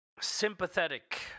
Sympathetic